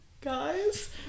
guys